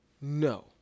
no